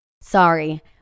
Sorry